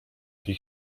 tej